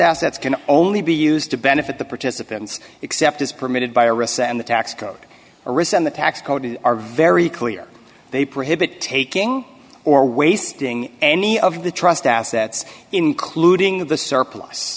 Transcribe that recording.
assets can only be used to benefit the participants except as permitted by resend the tax code or rescind the tax code are very clear they prohibit taking or wasting any of the trust assets including the surplus